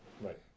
right